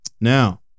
Now